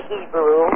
Hebrew